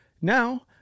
Now